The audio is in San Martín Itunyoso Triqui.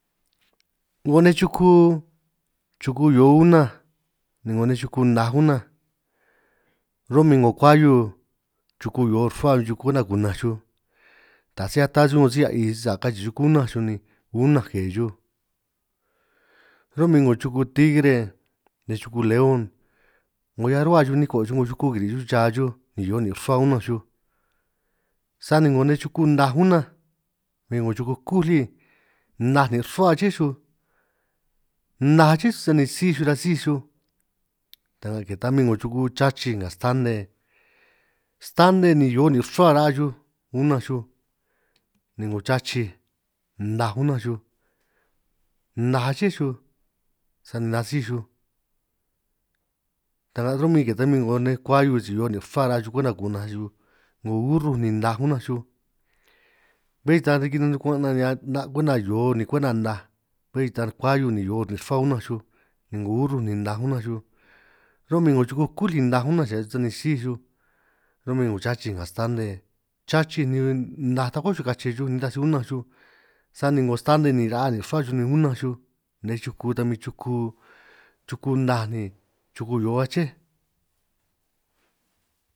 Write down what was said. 'Ngoj nej chuku chuku hio unanj ni 'ngo nej chuku naj unanj ro'min 'ngo kuahiu chuku hio rruhua min xuj, kwenta kunanj chuj taj si ata xuj 'ngo si a'i sisa kachi'i xuj kunaj xuj, ni unanj ke chuj ro'min 'ngo chuku tigre nej chuku león, nga chuhua xuj niko' 'ngo chuko kirij xuj cha xuj ni hio nin' rruhua unanj xuj, sani 'ngo nej chuko naj unanj ni 'ngo chuku kú li naj nin' rruhua aché xuj naj aché xuj sani síj xuj ra' síj xuj, ta'nga ke ta min 'ngo chuku chachij nga stane ni hio nin' rruhua ra'a xuj, unanj xuj ni 'ngo chachij ni naj unanj xuj naj aché sani nasíj xuj, ta'nga ro'min ke nej kuahiu si hio nin' rruhua ra'a xuj kwenta kunanj xuj, 'ngo urruj ni naj unanj xuj bé ta riki nuguan' 'na' ni 'na' kwenta hio ni kwenta naj, bé ta kuahiu nin' rruhua unanj xuj 'ngo urruj ni naj unanj xuj, ro'min 'ngo chuku kú lij naj unanj xuj sani síj xuj, ro'min 'ngo chachij nga stane chachij ni naj takó xuj kache xuj, nitaj si unanj xuj sani 'ngo stane ni ra'a nin' rruhua xuj ni unanj xuj, nej chuku ta min chuku chuku naj ni chuku hio achéj.